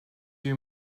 you